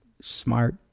smart